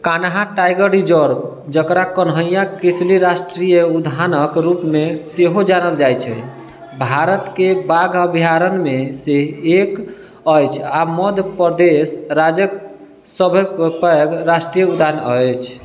Kanha tiger reserve जकरा कन्हैआ किसली राष्ट्रीय उद्यानक रूपमे सेहो जानल जाइत छै भारतके बाघ अभयारण्यमे से एक अछि आ मध्यप्रदेश राज्यक सब पैघ राष्ट्रीय उद्यान अछि